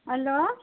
hello